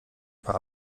war